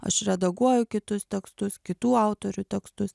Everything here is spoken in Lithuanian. aš redaguoju kitus tekstus kitų autorių tekstus